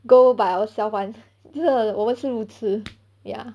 go by ourselves [one] 因为我们是路痴 ya